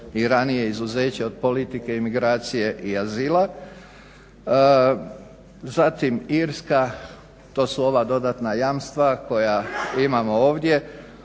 i ranija izuzeća od politike, imigracije i azila. Zatim Irska to su ova dodatna jamstva koja imamo ovdje,